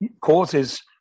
causes